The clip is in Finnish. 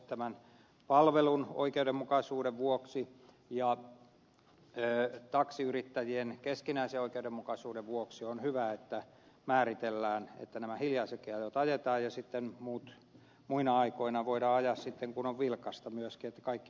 tämän palvelun oikeudenmukaisuuden vuoksi ja taksiyrittäjien keskinäisen oikeudenmukaisuuden vuoksi on hyvä että määritellään että nämä hiljaisetkin ajot ajetaan ja sitten muina aikoina voidaan ajaa myöskin kun on vilkasta niin että kaikki hyötyvät siitä